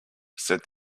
said